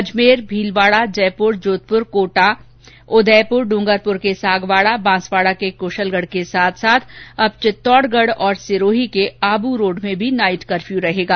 अजमेर भीलवाड़ा जयपुर जोधपुर कोटा दयपुर ड्रंगरपुर के सागवाड़ा बांसवाड़ा को कुशलगढ़ के साथ साथ अब चित्तौडगढ़ और सिरोही के आबूरोड में भी नाइट कर्फ्यू रहेगा